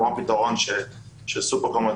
כמו הפתרון של "סופרקום",